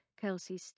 Kelsey